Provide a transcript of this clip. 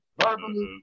verbally